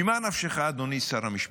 ממה נפשך, אדוני שר המשפטים?